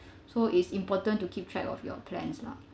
so it's important to keep track of your plans lah